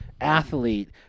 athlete